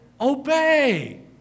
Obey